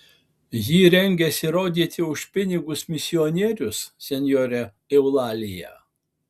jį rengiasi rodyti už pinigus misionierius senjora eulalija